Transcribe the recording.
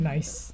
Nice